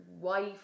wife